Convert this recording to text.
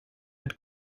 had